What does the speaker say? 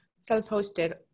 self-hosted